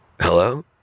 Hello